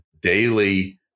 daily